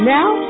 Now